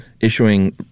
issuing